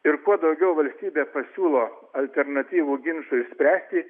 ir kuo daugiau valstybė pasiūlo alternatyvų ginčui išspręsti